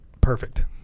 perfect